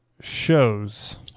shows